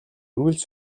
үргэлж